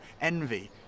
envy